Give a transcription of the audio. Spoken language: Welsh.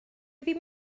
ddim